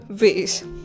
ways